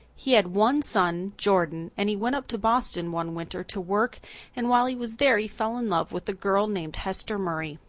he had one son, jordan, and he went up to boston one winter to work and while he was there he fell in love with a girl named hester murray.